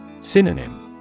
Synonym